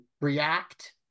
react